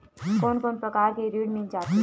कोन कोन प्रकार के ऋण मिल जाथे?